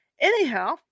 Anyhow